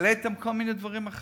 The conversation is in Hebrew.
העליתם את מס ההכנסה ב-1%.